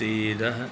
तेरह